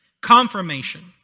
Confirmation